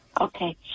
Okay